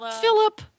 Philip